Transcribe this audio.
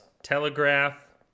telegraph